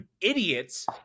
Idiots